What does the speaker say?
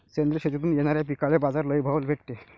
सेंद्रिय शेतीतून येनाऱ्या पिकांले बाजार लई भाव भेटते